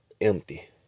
Empty